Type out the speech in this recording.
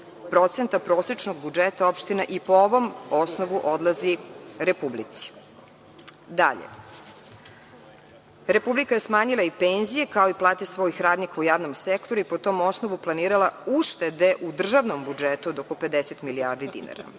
da 2% do 3% budžeta opština i po ovom osnovu odlazi Republici. Dalje, Republika je smanjila i penzije kao i plate svojih radnika u javnom sektoru i po tom osnovu planirala uštede u državnom budžetu od oko 50 milijardi dinara. Od